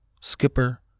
Skipper